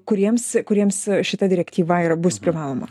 kuriems kuriems šita direktyva ir bus privaloma